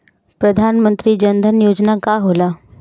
प्रधानमंत्री जन धन योजना का होला?